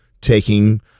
taking